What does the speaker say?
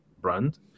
brand